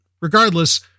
regardless